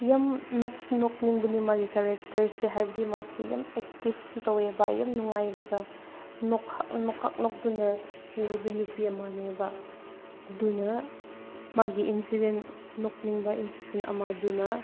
ꯌꯥꯝ ꯅꯣꯛꯁꯨ ꯅꯣꯡꯅꯤꯡꯕꯅꯤ ꯃꯥꯒꯤ ꯀꯔꯦꯛꯇꯔꯁꯦ ꯍꯥꯏꯕꯗꯤ ꯃꯥꯁꯦ ꯌꯥꯝ ꯑꯦꯛꯇꯤꯞꯁꯨ ꯇꯧꯋꯦꯕ ꯌꯥꯝ ꯅꯨꯡꯉꯥꯏꯔꯒ ꯅꯣꯛꯈꯥꯛ ꯅꯣꯛꯇꯨꯅ ꯂꯩꯕ ꯅꯨꯄꯤ ꯑꯃꯅꯦꯕ ꯑꯗꯨꯅ ꯃꯥꯒꯤ ꯏꯟꯁꯤꯗꯦꯟ ꯅꯣꯛꯅꯤꯡꯕ ꯏꯟꯁꯤꯗꯦꯟ ꯑꯃꯗꯨꯅ